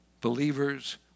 believers